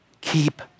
Keep